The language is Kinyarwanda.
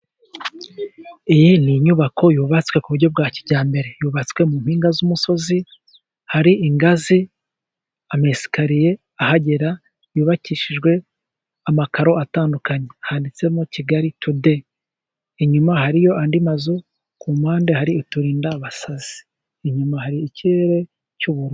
Iyi ni inyubako yubatswe ku buryo bwa kijyambere. Yubatswe mu mpinga z'umusozi, hari ingazi, amesikariye ahagera yubakishijwe amakaro atandukanye, handitsemo Kigali Tude. Inyuma hariyo andi mazu, ku mpande hari uturindabasazi, inyuma hari ikirere cy'ubururu.